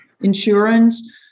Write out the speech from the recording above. insurance